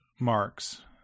Mark's